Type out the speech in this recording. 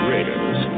Raiders